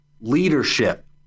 leadership